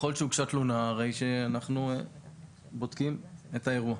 ככל שהוגשה תלונה הרי שאנחנו בודקים את האירוע.